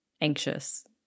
anxious